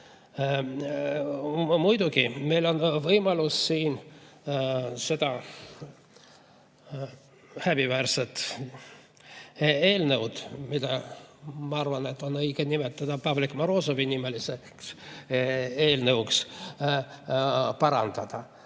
muidugi võimalus siin seda häbiväärset eelnõu, mida, ma arvan, on õige nimetada Pavlik Morozovi nimeliseks eelnõuks, parandada.